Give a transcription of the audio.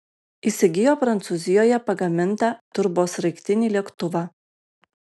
įsigijo prancūzijoje pagamintą turbosraigtinį lėktuvą